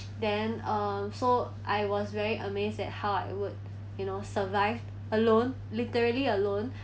then um so I was very amazed that how I would you know survive alone literally alone